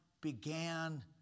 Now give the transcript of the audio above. began